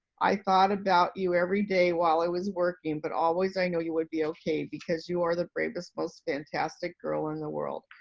i thought about you every day while i was working, but always i know you would be okay because you are the bravest most fantastic girl in the world.